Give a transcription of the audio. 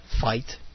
fight